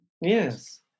Yes